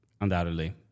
Undoubtedly